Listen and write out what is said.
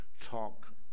talk